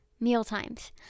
mealtimes